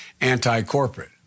anti-corporate